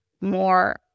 more